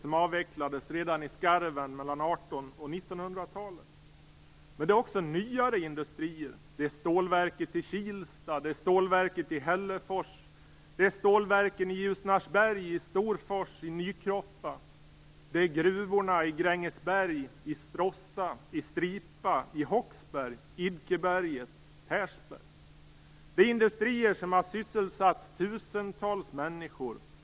Men det är också nyare industrier. Det är stålverket i Kilsta. Det är stålverket i Hällefors. Det är stålverken i Ljusnarsberg, Storfors och Nykroppa. Det är gruvorna i Grängesberg, Stråssa, Stripa, Hoksberg, Idkeberget och Persberg. Det är industrier som har sysselsatt tusentals människor.